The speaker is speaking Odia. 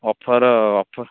offer offer